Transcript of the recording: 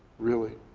really?